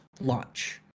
launch